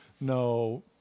no